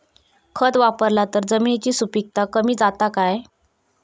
खत वापरला तर जमिनीची सुपीकता कमी जाता काय?